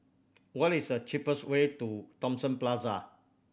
what is the cheapest way to Thomson Plaza